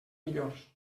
millors